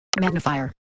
magnifier